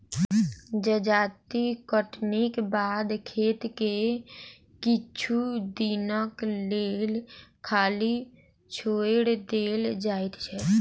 जजाति कटनीक बाद खेत के किछु दिनक लेल खाली छोएड़ देल जाइत छै